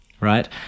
right